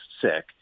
sick